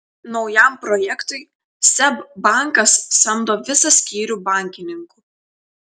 naujam projektui seb bankas samdo visą skyrių bankininkų